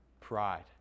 pride